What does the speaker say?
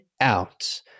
out